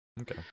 okay